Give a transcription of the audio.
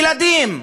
ילדים,